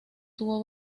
tuvo